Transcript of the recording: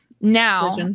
Now